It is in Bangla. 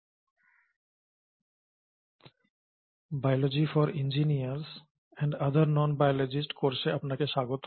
"biology for engineers and other non biologists" কোর্সে আপনাকে স্বাগত